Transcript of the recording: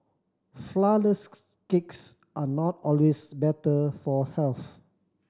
flourless cakes are not always better for health